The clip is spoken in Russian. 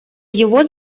его